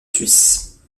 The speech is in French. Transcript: suisses